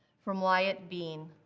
from wyatt beane